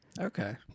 Okay